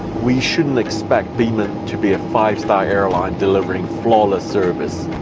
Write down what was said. we shouldn't expect biman to be a five star airline delivering flawless service.